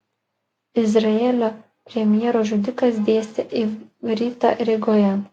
izraelio premjero žudikas dėstė ivritą rygoje